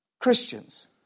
Christians